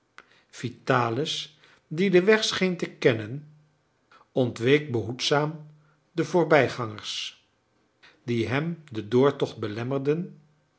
vitalis die den weg scheen te kennen ontweek behoedzaam de voorbijgangers die hem den doortocht belemmerden